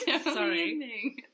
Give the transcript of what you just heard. Sorry